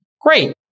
Great